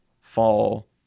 fall